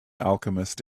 alchemist